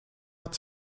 hat